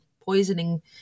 poisoning